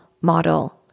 model